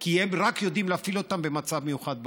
כי הם יודעים להפעיל אותן רק במצב מיוחד בעורף.